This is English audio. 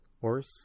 horse